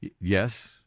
Yes